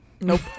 Nope